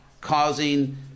causing